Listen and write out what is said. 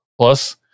plus